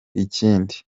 ikindi